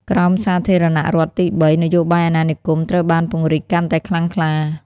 ក្រោមសាធារណរដ្ឋទីបី នយោបាយអាណានិគមត្រូវបានពង្រីកកាន់តែខ្លាំងក្លា។